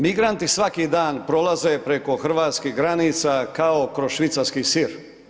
Migranti svaki dan prolaze preko hrvatskih granica kao kroz švicarski sir.